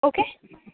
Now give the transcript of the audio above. okay